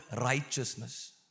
righteousness